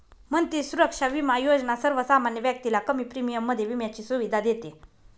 मंत्री सुरक्षा बिमा योजना सर्वसामान्य व्यक्तीला कमी प्रीमियम मध्ये विम्याची सुविधा देते